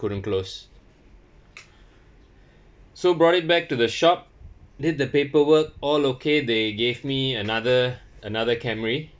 couldn't close so brought it back to the shop did the paperwork all okay they gave me another another Camry